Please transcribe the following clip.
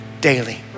daily